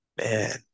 man